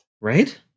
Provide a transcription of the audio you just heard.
Right